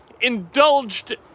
indulged